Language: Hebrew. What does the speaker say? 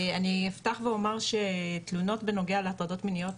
אני אפתח ואומר שתלונות בנוגע להטרדות מיניות